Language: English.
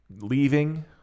leaving